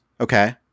okay